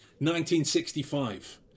1965